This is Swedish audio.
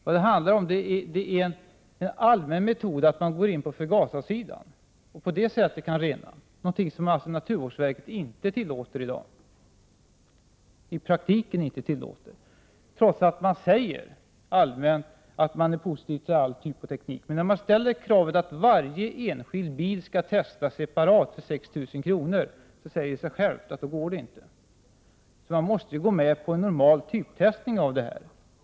Vad det handlar om är en allmän metod, som innebär att man går in på förgasarsidan och renar på det sättet. Det är någonting som naturvårdsverket i dag i praktiken inte tillåter, trots att man allmänt säger att man är positiv till alla typer av teknik. Man ställer kravet att varje enskild bil skall testas separat för 6 000 kr.! Det säger sig självt att det inte går. Man måste gå med på en normal typtestning av det här.